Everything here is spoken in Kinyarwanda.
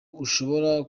ushobora